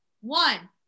one